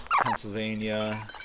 Pennsylvania